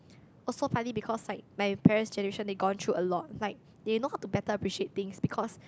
also partly because like my parents' generation they gone through a lot like they know how to better appreciate things because